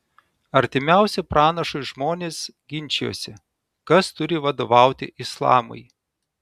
artimiausi pranašui žmonės ginčijosi kas turi vadovauti islamui